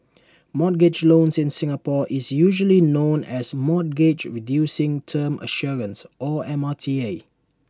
mortgage loan in Singapore is usually known as mortgage reducing term assurance or M R T A